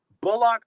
Bullock